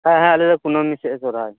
ᱦᱟᱸ ᱦᱟ ᱟᱞᱮᱫᱚ ᱠᱩᱱᱟ ᱢᱤ ᱥᱮᱫ ᱥᱚᱨᱦᱟᱭ